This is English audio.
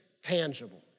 tangible